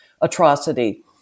atrocity